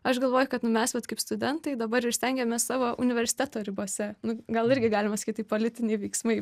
aš galvoju kad nu mes vat kaip studentai dabar ir stengiamės savo universiteto ribose nu gal irgi galima sakyt tai politiniai veiksmai